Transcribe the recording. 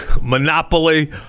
Monopoly